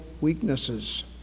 weaknesses